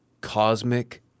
cosmic